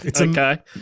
Okay